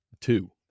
two